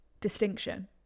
Distinction